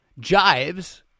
jives